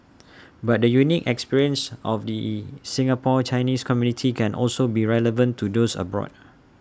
but the unique experience of the Singapore's Chinese community can also be relevant to those abroad